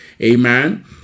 Amen